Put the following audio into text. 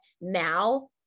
now